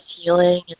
healing